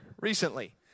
recently